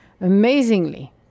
Amazingly